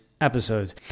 episode